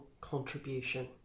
contribution